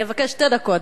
אני אבקש שתי דקות,